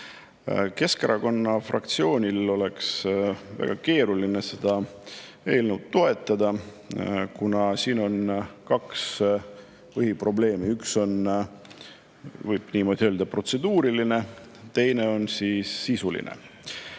Keskerakonna fraktsioonil oleks keeruline seda eelnõu toetada, kuna siin on kaks põhiprobleemi. Üks on, võib niimoodi öelda, protseduuriline, teine on sisuline.